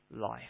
life